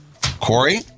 Corey